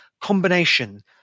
combination